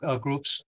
groups